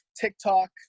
TikTok